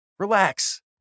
Relax